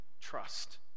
trust